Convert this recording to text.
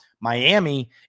Miami